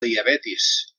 diabetis